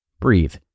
Breathe